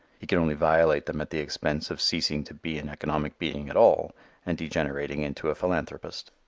he can only violate them at the expense of ceasing to be an economic being at all and degenerating into a philanthropist.